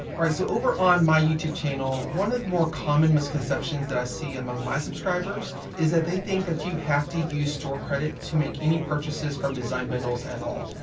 all right, so over on my youtube channel, one of the more common misconceptions that i see among my subscribers is that they think that you have to use store credit to make any purchases from design bundles at all.